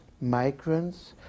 migrants